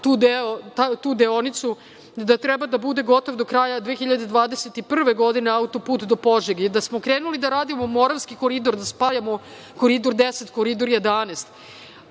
tu deonicu, da treba da bude gotov do kraja 2021. godine, autoput do Požege, i da smo krenuli da radimo Moravski koridor, da spajamo Koridor 10, Koridor 11,